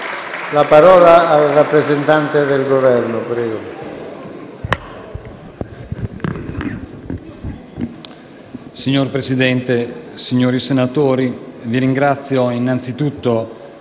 Signor Presidente, signori senatori, vi ringrazio innanzitutto